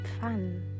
fun